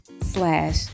slash